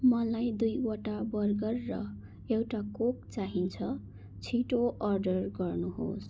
मलाई दुईवटा बर्गर र एउटा कोक चाहिन्छ छिटो अर्डर गर्नुहोस्